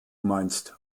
meinst